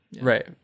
right